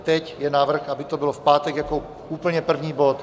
Teď je návrh, aby to bylo v pátek jako úplně první bod.